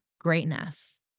greatness